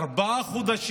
ארבעה חודשים